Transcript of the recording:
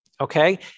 Okay